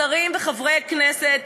שרים וחברי כנסת,